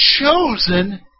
chosen